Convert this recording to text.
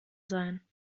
sein